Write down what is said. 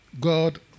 God